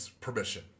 permission